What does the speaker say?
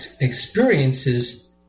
experiences